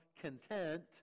content